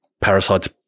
Parasite's